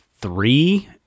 three